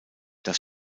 das